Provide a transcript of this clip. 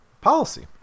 policy